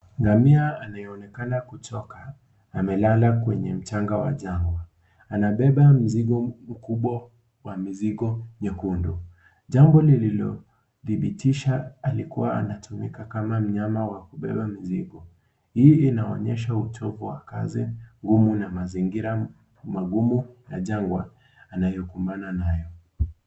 Ngamia aliyeonekana kuchoka amelala kwenye mchanga wa jangwa , anabeba mzigo mkubwa wa mizigo nyekundu jambo lililodhibitisha alikuwa anatumika kama mnyama wa kubeba mizigo hii inaonyesha uchovu wa kazi ngumu na mazingira magumu ya jangwa anayokumbana nayo.